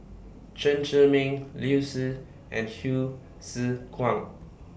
Chen Zhiming Liu Si and Hsu Tse Kwang